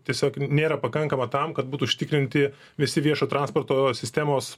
tiesiog nėra pakankama tam kad būtų užtikrinti visi viešo transporto sistemos